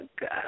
God